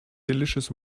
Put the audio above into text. delicious